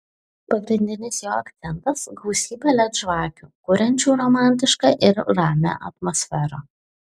pagrindinis jo akcentas gausybė led žvakių kuriančių romantišką ir ramią atmosferą